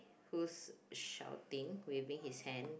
who's shouting waving his hand